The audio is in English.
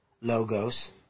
logos